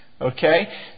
Okay